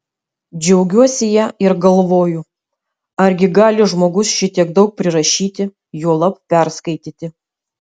džiaugiuosi ja ir galvoju argi gali žmogus šitiek daug prirašyti juolab perskaityti